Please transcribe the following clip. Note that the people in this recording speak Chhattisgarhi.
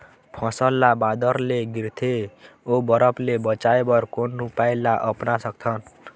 फसल ला बादर ले गिरथे ओ बरफ ले बचाए बर कोन उपाय ला अपना सकथन?